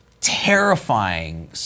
terrifying